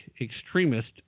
extremist